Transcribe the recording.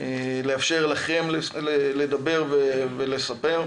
לאפשר לכם לדבר ולספר.